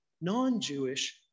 non-Jewish